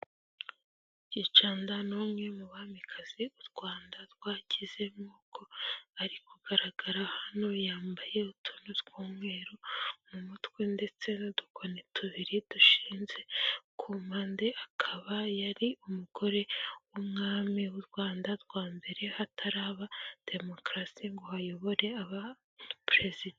Gicanda n'umwe mu bamikazi u Rwanda rwakize nk'uko ari kugaragara hano yambaye utuntu tw'umweru mu mutwe ndetse n'udukoni tubiri dushinze ku mpande, akaba yari umugore w'umwami w'u Rwanda rwa mbere hataraba demokarasi ngo hayobore aba perezida.